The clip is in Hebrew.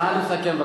נא לסכם.